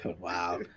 Wow